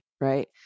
right